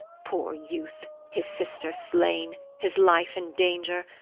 poor youth, his sister slain, his life in danger,